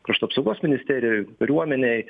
krašto apsaugos ministerijoj kariuomenėj